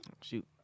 Shoot